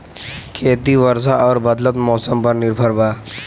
खेती वर्षा और बदलत मौसम पर निर्भर बा